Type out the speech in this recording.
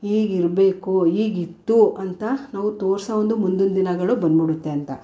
ಹೀಗಿರ್ಬೇಕು ಹೀಗಿತ್ತು ಅಂತ ನಾವು ತೋರಿಸೋ ಒಂದು ಮುಂದಿನ ದಿನಗಳು ಬಂದುಬಿಡುತ್ತೆ ಅಂತ